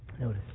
Notice